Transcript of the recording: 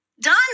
Done